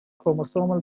chromosomal